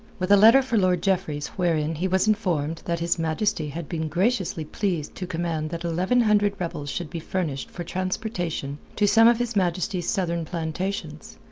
with a letter for lord jeffreys wherein he was informed that his majesty had been graciously pleased to command that eleven hundred rebels should be furnished for transportation to some of his majesty's southern plantations,